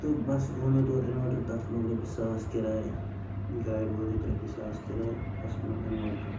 تہٕ بَس اوٚن مےٚ تورٕ اِنوٲٹَر تَتھ لوٚگ رۄپیہِ ساس کِراے گاڑِ وٲلۍ ہیوٚت رۄپیہِ ساس کِراے بَس اوٚنُم اِنوٲٹَر